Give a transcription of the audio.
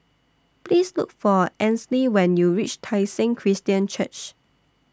Please Look For Ansley when YOU REACH Tai Seng Christian Church